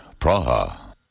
Praha